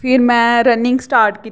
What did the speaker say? फिर में running start कीती